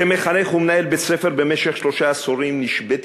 כמחנך ומנהל בית-ספר במשך שלושה עשורים נשביתי